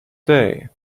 day